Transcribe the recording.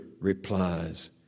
replies